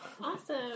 awesome